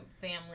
family